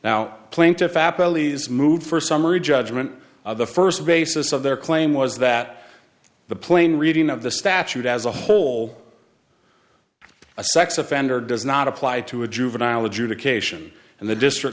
is moved for summary judgment of the first basis of their claim was that the plane reading of the statute as a whole a sex offender does not apply to a juvenile adjudication and the district